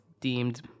deemed